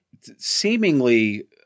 seemingly